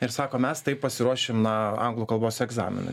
ir sako mes taip pasiruošim na anglų kalbos egzaminui